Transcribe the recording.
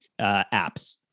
apps